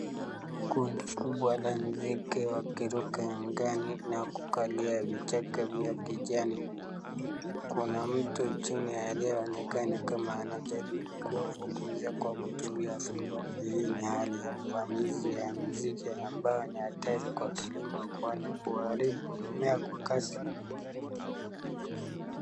Kundi kubwa la nzige wakiruka angani na kukalia vichaka vya kijani, kuna mtu chini aliyeonekana kama anajaribu kuwafukuza kwa kutumia fimbo, hii ni hali ya uvamizi ya nzige ambayo ni hatari kwa kilimo kwani huharibu mimea kwa kasi.